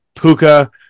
Puka